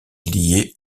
liée